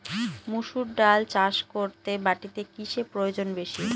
মুসুর ডাল চাষ করতে মাটিতে কিসে প্রয়োজন বেশী?